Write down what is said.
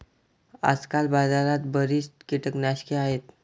आजकाल बाजारात बरीच कीटकनाशके आहेत